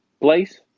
place